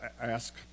ask